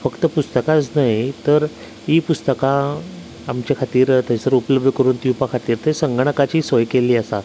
फक्त पुस्तकांच न्हय तर ई पुस्तकां आमकां आमचें खातीर जर थंयसर उपलब्ध करून दिवपा खातीर थंय संगणकाची सोय केल्ली आसा